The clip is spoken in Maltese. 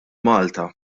malta